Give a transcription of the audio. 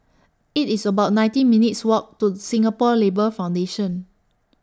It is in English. IT IS about nineteen minutes' Walk to Singapore Labour Foundation